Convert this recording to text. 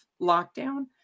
lockdown